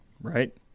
Right